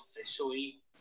officially